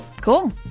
cool